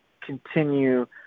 continue